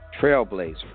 trailblazer